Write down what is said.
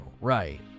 right